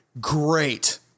great